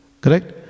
Correct